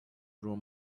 room